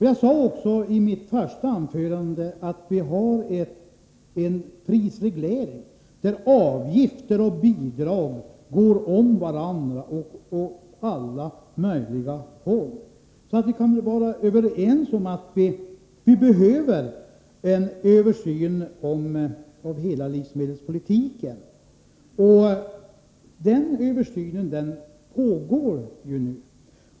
Jag sade i mitt anförande att vi har en prisreglering, där avgifter och bidrag går om varandra åt alla möjliga håll. Vi kan väl vara överens om att vi behöver en sådan översyn av hela livsmedelspolitiken som den som nu pågår.